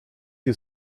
you